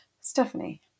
Stephanie